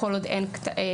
כל עוד אין הרשעה.